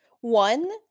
one